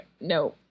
No